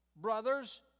brothers